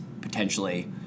potentially